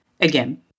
Again